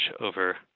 over